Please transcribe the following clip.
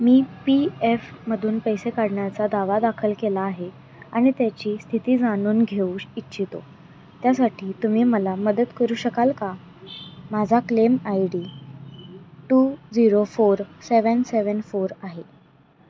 मी P F मधून पैसे काढण्याचा दावा दाखल केला आहे आणि त्याची स्थिती जाणून घेऊ श इच्छितो त्यासाठी तुम्ही मला मदत करू शकाल का माझा claim I D two zero four seven seven four आहे